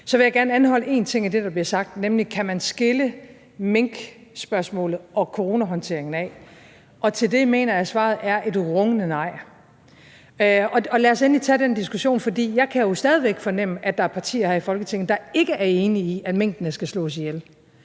Så vil jeg gerne svare på en ting i det, der bliver sagt, nemlig om man kan skille minkspørgsmålet og coronahåndteringen ad. På det mener jeg at svaret er et rungende nej. Lad os endelig tage den diskussion, for jeg kan stadig væk fornemme, at der er partier her i Folketinget, der ikke er enige i, at minkene skal slås ihjel,